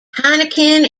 heineken